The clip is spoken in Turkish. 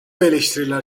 eleştiriler